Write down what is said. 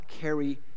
carry